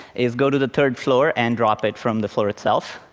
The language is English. is go to the third floor and drop it from the floor itself.